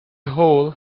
hole